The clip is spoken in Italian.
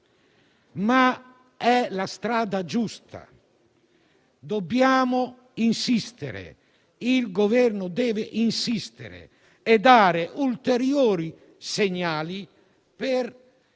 ma è la strada giusta. Dobbiamo insistere. Il Governo deve insistere e dare ulteriori segnali per